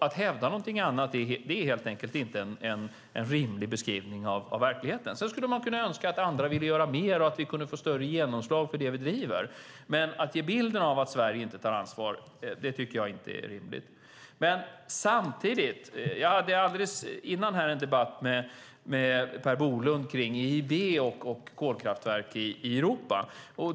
Att hävda något annat är inte en rimlig beskrivning av verkligheten. Man skulle önska att andra ville göra mer och att vi kunde få större genomslag för det vi driver men att ge bilden av att Sverige inte tar ansvar är inte rimligt. Innan hade jag en debatt mer Per Bolund om EIB och kolkraftverk i Europa.